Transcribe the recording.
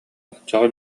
оччоҕо